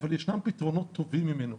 אבל ישנם פתרונות טובים ממנו.